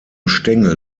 stängel